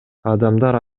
адамдар